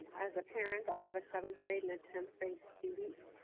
as a parent, i have a seventh grade and a tenth grade student.